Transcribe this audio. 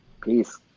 Peace